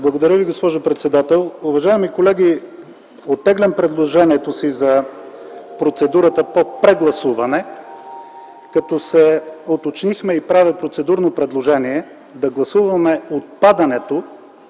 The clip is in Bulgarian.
Благодаря, госпожо председател. Уважаеми колеги, оттеглям предложението си за процедурата по прегласуване, както се уточнихме, и правя процедурно предложение да гласуваме отпадането